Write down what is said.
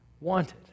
wanted